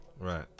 Right